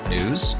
News